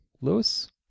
Lewis